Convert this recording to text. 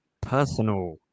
personal